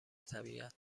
طبیعت